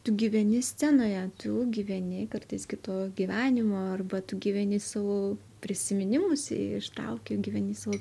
tu gyveni scenoje tu gyveni kartais kito gyvenimo arba tu gyveni savo prisiminimus ištrauki gyveni savo